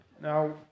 Now